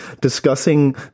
discussing